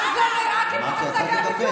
אבל זה נראה כמו הצגה,